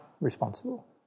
responsible